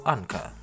Anka